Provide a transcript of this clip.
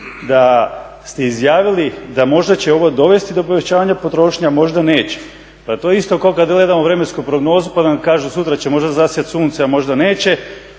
da ste izjavili da možda će ovo dovesti do povećanja potrošnje, a možda neće pa to je isto kao kad gledamo vremensku prognozu pa nam kažu sutra će možda zasjati sunce, a možda neće.